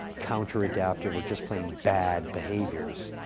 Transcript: counter adaptive, or just plain bad behaviors